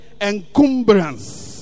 encumbrance